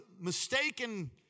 mistaken